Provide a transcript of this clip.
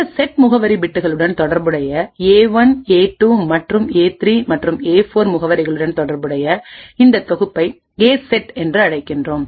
இந்த செட் முகவரி பிட்களுடன் தொடர்புடைய ஏ 1 ஏ 2 மற்றும் ஏ 3 மற்றும் ஏ 4 முகவரிகளுடன் தொடர்புடைய இந்தத் தொகுப்பை ஏசெட் என்று அழைக்கின்றோம்